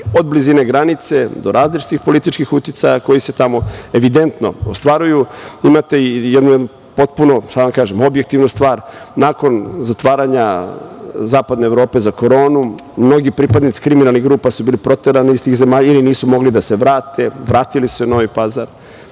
od blizine granice, do različitih političkih uticaja koji se tamo evidentno ostvaruju. Imate jednu potpuno objektivnu stvar. Nakon zatvaranja zapadne Evrope za koronu mnogi pripadnici kriminalnih grupa su bili proterani iz tih zemalja ili nisu mogli da se vrate, vratili su se u Novi Pazar.